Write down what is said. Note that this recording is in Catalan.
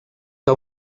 que